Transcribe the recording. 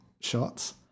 shots